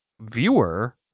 viewer